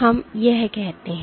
हम कहते हैं